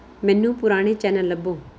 ਮੈਨੂੰ ਪੁਰਾਣੇ ਚੈਨਲ ਲੱਭੋ